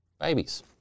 babies